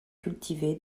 cultivée